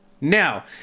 Now